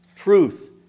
Truth